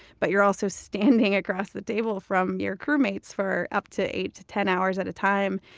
but you're also standing across the table from your crewmates for up to eight to ten hours at a time,